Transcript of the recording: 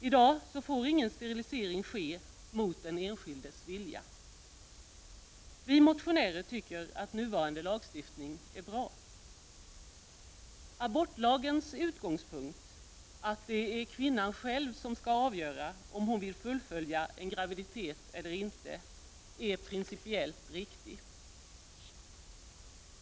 I dag får ingen sterilisering ske mot den enskildes vilja. Vi motionärer tycker att nuvarande lagstiftning är bra. Abortlagens utgångspunkt, att det är kvinnan själv som skall avgöra om hon vill fullfölja en graviditet eller inte, är principiellt riktig.